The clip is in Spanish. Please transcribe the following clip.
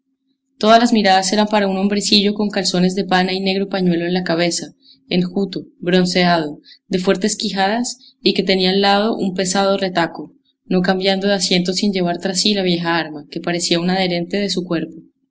todas las miradas eran para un hombrecillo con calzones de pana y negro pañuelo en la cabeza enjuto bronceado de fuertes quijadas y que tenía al lado un pesado retaco no cambiando de asiento sin llevar tras sí la vieja arma que parecía un adherente de su cuerpo